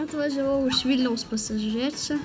atvažiavau iš vilniaus pasižiūrėt čia